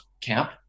camp